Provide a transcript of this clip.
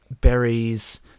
berries